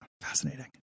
Fascinating